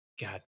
god